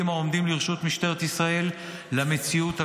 העומדים לרשות משטרת ישראל למציאות המשתנה.